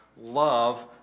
love